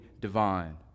divine